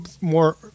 more